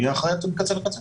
אהיה אחראי על זה מקצה לקצה,